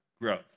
growth